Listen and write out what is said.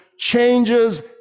changes